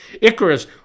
Icarus